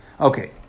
Okay